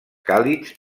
càlids